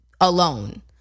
alone